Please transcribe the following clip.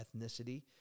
ethnicity